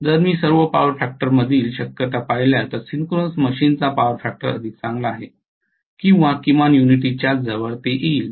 जर मी सर्व पॉवर फॅक्टरमधील शक्यता पाहिल्या तर सिंक्रोनस मशीन चा पॉवर फॅक्टर अधिक चांगला आहे किंवा किमान युनिटी च्या जवळ येईल